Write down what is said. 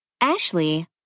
Ashley